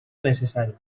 necessari